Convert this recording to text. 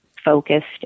focused